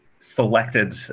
selected